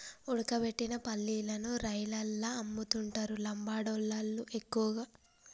ఉడకబెట్టిన పల్లీలను రైలల్ల అమ్ముతుంటరు లంబాడోళ్ళళ్లు ఎక్కువగా